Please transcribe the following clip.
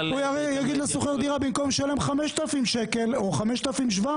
במקום לשלם 5,000 ש' או 5,700: